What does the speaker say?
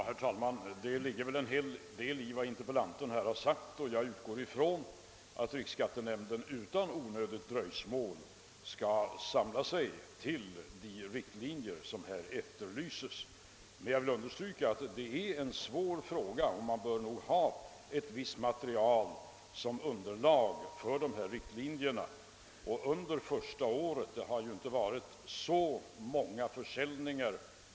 Herr talman! Det ligger väl en hel del i vad frågeställaren sagt. Jag utgår från att riksskattenämnden utan onödigt dröjsmål skall samla sig och lägga fram förslag enligt de riktlinjer som här efterlyses. Jag vill dock understryka att det är en besvärlig fråga och att man bör ha ett visst material som underlag för utformandet av dessa anvisningar. Under det första året har antalet försäljningar inte varit så stort.